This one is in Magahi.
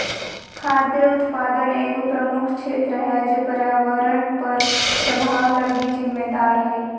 खाद्य उत्पादन एगो प्रमुख क्षेत्र है जे पर्यावरण पर प्रभाव लगी जिम्मेदार हइ